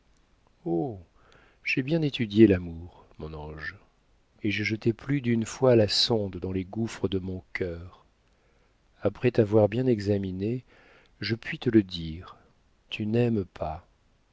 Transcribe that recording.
j'ai bien étudié l'amour mon ange et j'ai jeté plus d'une fois la sonde dans les gouffres de mon cœur après t'avoir bien examinée je puis te le dire tu n'aimes pas